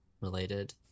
related